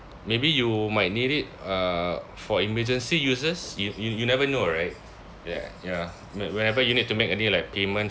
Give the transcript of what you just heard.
maybe you might need it uh for emergency uses yo~ you you never know right ya you know whe~ whenever you need to make any like payment